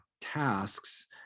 tasks